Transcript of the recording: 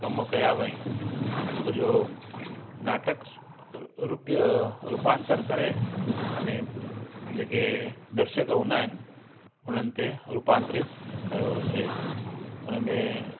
कमु कया हुअइं हो सॼो नाटकु रूपियो रूपांतर करे अने जेके दर्शक हूंदा आहिनि उन्हनि ते रूपांतरित कयो हुयोसि उनमें